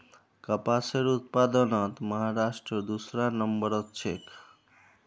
कपासेर उत्पादनत महाराष्ट्र दूसरा नंबरत छेक